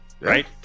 right